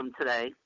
today